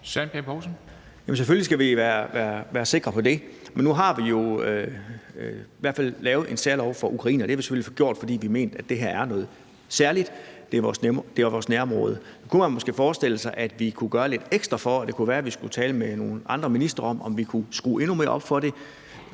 Søren Pape Poulsen (KF): Selvfølgelig skal vi være sikre på det, men nu har vi jo lavet en særlov for ukrainerne, og det har vi selvfølgelig gjort, fordi vi mener, at det er noget særligt – det er vores nærområde. Så kunne man måske forestille sig, at vi kunne gøre lidt ekstra; det kunne være, at vi skulle tale med nogle flere ministre om, om vi kunne skrue endnu mere op for det